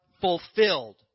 fulfilled